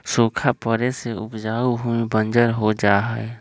सूखा पड़े से उपजाऊ भूमि बंजर हो जा हई